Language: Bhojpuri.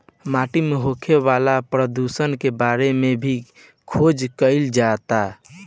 माटी में होखे वाला प्रदुषण के बारे में भी खोज कईल जाता